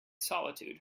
solitude